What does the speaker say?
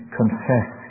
confess